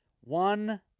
One